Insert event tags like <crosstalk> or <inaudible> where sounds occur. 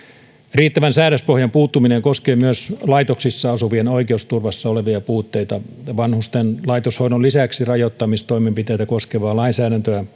riittävän säädöspohjan puuttuminen koskee myös laitoksissa asuvien oikeusturvassa olevia puutteita vanhusten laitoshoidon lisäksi rajoittamistoimenpiteitä koskevaa lainsäädäntöä <unintelligible>